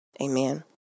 Amen